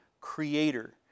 creator